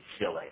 silly